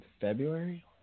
February